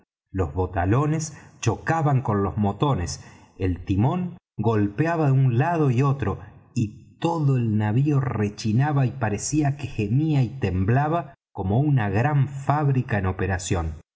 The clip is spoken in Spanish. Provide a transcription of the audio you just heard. los botalones chocaban con los motones el timón golpeaba de un lado y otro y todo el navío rechinaba y parece que gemía y temblaba como una gran fábrica en operación